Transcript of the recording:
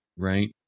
right